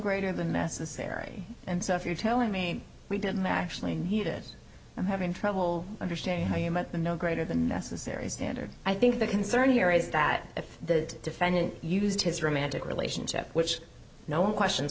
greater than necessary and so if you're telling me we didn't actually need it i'm having trouble understanding how you met the no greater than necessary standard i think the concern here is that if the defendant used his romantic relationship which no one questions